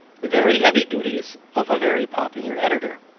the very heavy duties of a very popular editor.